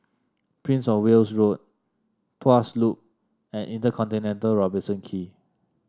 Prince Of Wales Road Tuas Loop and InterContinental Robertson Quay